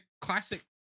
classic